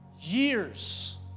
Years